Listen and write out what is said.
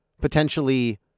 potentially